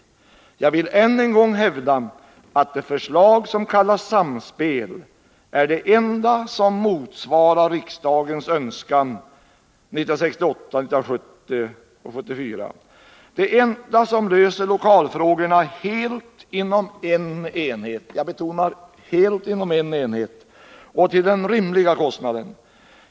Jag vill än en gång hävda att det förslag som kallas Samspel är det enda som motsvarar riksdagens önskan 1968, 1970 och 1974. Det är det enda som löser lokalfrågorna helt inom en enhet —- jag betonar: helt inom en enhet — och till rimlig kostnad.